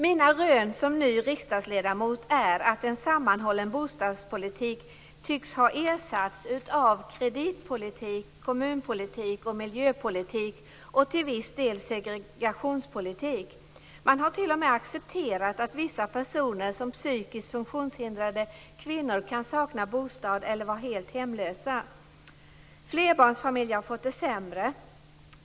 Mina rön som ny riksdagsledamot är att en sammanhållen bostadspolitik tycks ha ersatts av kreditpolitik, kommunpolitik och miljöpolitik och till viss del segregationspolitik. Man har t.o.m. accepterat att vissa personer, som psykiskt funktionshindrade kvinnor, kan sakna bostad eller vara helt hemlösa. Flerbarnsfamiljer har fått det sämre.